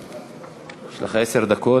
יש לך עשר דקות.